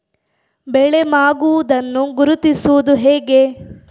ಬೆಳೆ ಮಾಗುವುದನ್ನು ಗುರುತಿಸುವುದು ಹೇಗೆ?